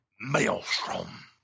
Maelstrom